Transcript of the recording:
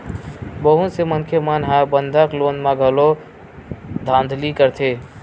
बहुत से मनखे मन ह बंधक लोन म घलो धांधली करथे